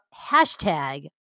hashtag